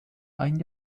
ein